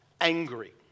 angry